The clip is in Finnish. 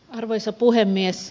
arvoisa puhemies